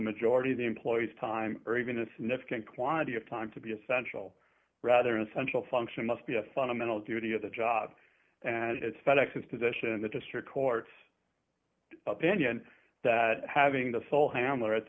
majority of the employees time or even a significant quantity of time to be essential rather essential function must be a fundamental duty of the job and it's fed ex's position in the district court's opinion that having the small hamlet at the